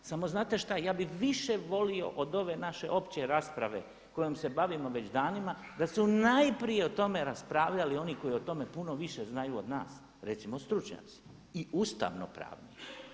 Samo znate šta, ja bi više volio od ove naše opće rasprave kojom se bavimo već danima da su najprije o tome raspravljali oni koji o tome puno više znaju od nas, recimo stručnjaci i ustavnopravni.